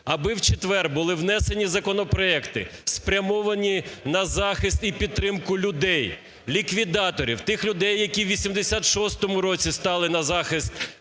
аби в четвер були внесені законопроекти, спрямовані на захист і підтримку людей, ліквідаторів, тих людей, які у 1986 році стали на захист